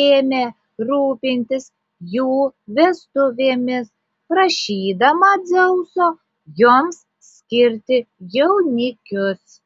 ėmė rūpintis jų vestuvėmis prašydama dzeuso joms skirti jaunikius